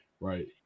Right